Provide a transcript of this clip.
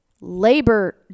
Labor